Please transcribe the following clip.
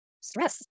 Stress